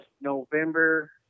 November